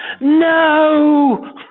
No